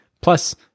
Plus